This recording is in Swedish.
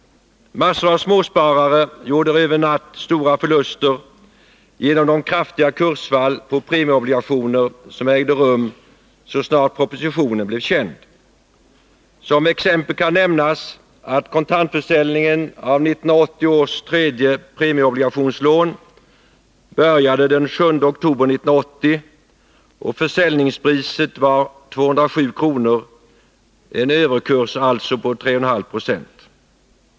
Massor av småsparare gjorde över en natt stora förluster genom de kraftiga kursfall på premieobligationer som ägde rum så snart propositionen blev känd. Som exempel kan nämnas att kontantförsäljningen av 1980 års tredje premieobligationslån började den 7 oktober 1980; försäljningspriset var 207 kr., alltså en överkurs på 3,5 26.